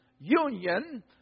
Union